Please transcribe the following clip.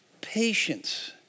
patience